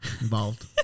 involved